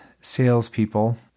salespeople